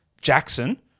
Jackson